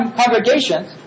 congregations